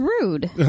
rude